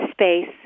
space